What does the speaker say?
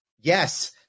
Yes